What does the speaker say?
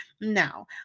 Now